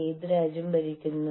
വിദ്യാഭ്യാസം